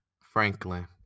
Franklin